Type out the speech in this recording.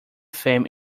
fame